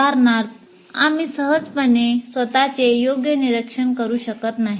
उदाहरणार्थ आम्ही सहजपणे स्वत चे योग्य निरीक्षण करू शकत नाही